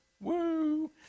Woo